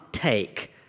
take